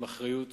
עם אחריות